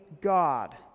God